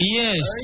yes